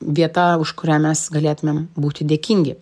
vieta už kurią mes galėtumėm būti dėkingi